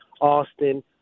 austin